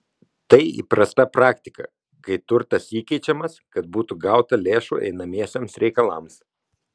tai įprasta praktika kai turtas įkeičiamas kad būtų gauta lėšų einamiesiems reikalams